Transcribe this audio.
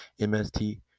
MST